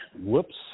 Whoops